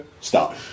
Stop